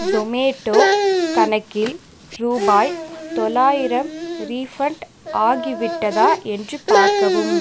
ஜொமோட்டோ கணக்கில் ரூபாய் தொள்ளாயிரம் ரீஃபண்ட் ஆகிவிட்டதா என்று பார்க்கவும்